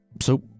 so